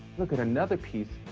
look at another piece,